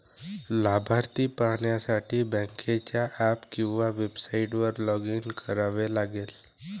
लाभार्थी पाहण्यासाठी बँकेच्या ऍप किंवा वेबसाइटवर लॉग इन करावे लागेल